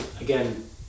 again